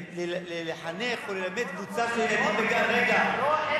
לחנך וללמד קבוצה של ילדים בגן, לא נכון,